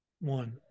one